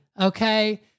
okay